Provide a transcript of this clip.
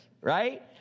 right